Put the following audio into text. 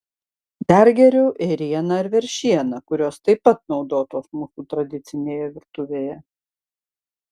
dar geriau ėriena ar veršiena kurios taip pat naudotos mūsų tradicinėje virtuvėje